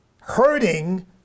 hurting